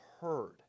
heard